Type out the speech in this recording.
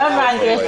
לא הבנתי.